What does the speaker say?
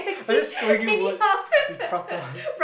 I just throwing you a word with prata